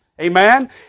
Amen